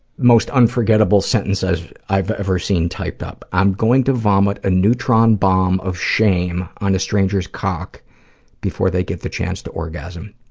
most unforgettable sentences i've ever seen typed up. i'm going to vomit a neutron bomb of shame on a stranger's cock before they get the chance to orgasm.